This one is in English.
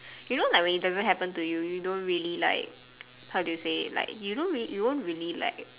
you know when it doesn't happen to you you don't really like how do I say it you won't really like